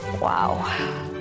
Wow